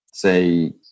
say